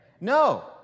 No